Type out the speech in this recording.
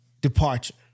departure